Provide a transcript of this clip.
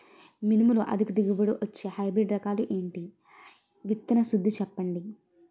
మినుములు అధిక దిగుబడి ఇచ్చే హైబ్రిడ్ రకాలు ఏంటి? విత్తన శుద్ధి చెప్పండి?